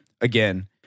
Again